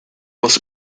was